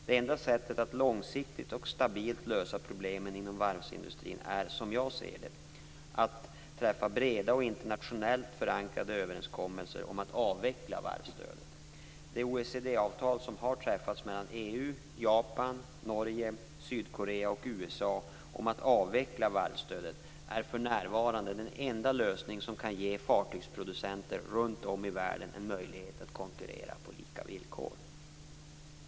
Det enda sättet att långsiktigt och stabilt lösa problemen inom varvsindustrin är, som jag ser det, att träffa breda och internationellt förankrade överenskommelser om att avveckla varvsstödet. Det OECD-avtal som har träffats mellan EU, Japan, Norge, Sydkorea och USA om att avveckla varvsstödet är för närvarande den enda lösning som kan ge fartygsproducenter runt om i världen en möjlighet att konkurrera på lika villkor.